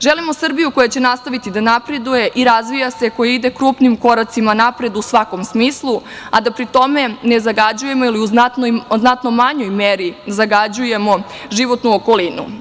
Želimo Srbiju koja će nastaviti da napreduje i razvija se, koja ide krupnim koracima napred u svakom smislu, a da pri tome ne zagađujemo ili u znatno manjoj meri zagađujemo životnu okolinu.